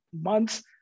months